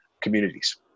communities